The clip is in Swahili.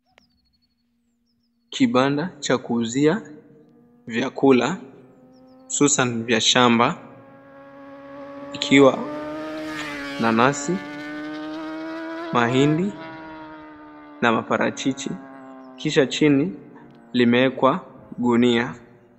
Kibanda cha kuuzia chakula hususan vya shamba, ikiwa nanasi, mahindi na maparachichi, kisha chini limewekwa gunia.